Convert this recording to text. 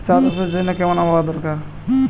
চা চাষের জন্য কেমন আবহাওয়া দরকার?